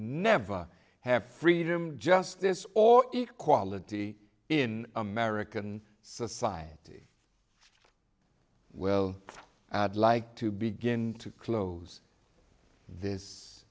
never have freedom justice or equality in american society well like to begin to close this